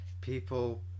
people